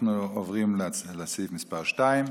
אנחנו עוברים לסעיף מס' 2,